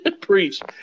Preach